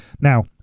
now